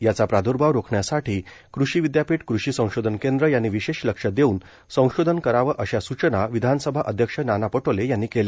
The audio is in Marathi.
याचा प्रादर्भाव रोखण्यासाठी कृषी विदयापीठ कृषी संशोधन केंद्र यांनी विशेष लक्ष देऊन संशोधन करावं अशा सूचना विधानसभा अध्यक्ष नाना पटोले यांनी केल्या